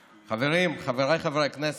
חברים, חבריי חברי הכנסת,